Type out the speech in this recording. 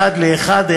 אחד לאחד,